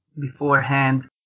beforehand